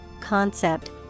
concept